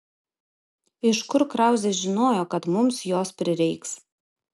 iš kur krauzė žinojo kad mums jos prireiks